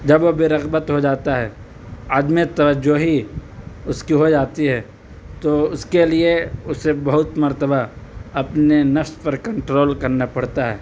جب وہ بےرغبت ہو جاتا ہے عدمِ توجہی اس کی ہو جاتی ہے تو اس کے لیے اسے بہت مرتبہ اپنے نفس پر کنٹرول کرنا پڑتا ہے